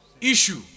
issue